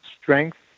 strength